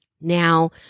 Now